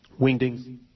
Wingdings